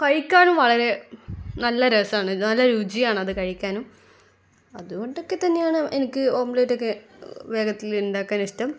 കഴിക്കാനും വളരെ നല്ല രസമാണ് നല്ല രുചിയാണ് അതു കഴിക്കാനും അതുകൊണ്ടൊക്കെ തന്നെയാണ് എനിക്ക് ഓംലെറ്റൊക്കെ വേഗത്തിൽ ഉണ്ടാക്കാനിഷ്ടം